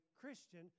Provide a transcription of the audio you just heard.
Christian